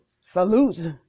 salute